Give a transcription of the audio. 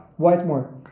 Whitemore